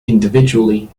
individually